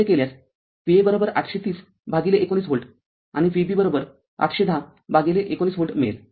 असे केल्यास Va ८३० भागिले १९ व्होल्ट आणि Vb ८१० भागिले १९ व्होल्ट मिळेल